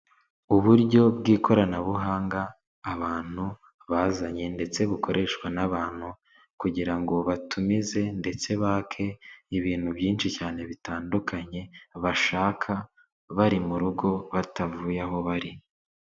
Uburyo bw'ikoranabuhanga abantu bazanye ndetse bukoreshwa n'abantu kugira ngo batumize ndetse bake ibintu byinshi cyane bitandukanye bashaka bari mu rugo batavuye aho bari.